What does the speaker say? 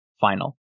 final